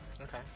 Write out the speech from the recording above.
Okay